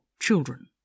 children